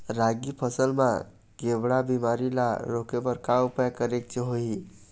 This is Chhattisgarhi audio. रागी फसल मा केवड़ा बीमारी ला रोके बर का उपाय करेक होही?